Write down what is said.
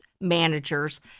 managers